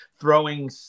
throwing